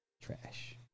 Trash